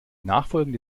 nachfolgende